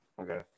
Okay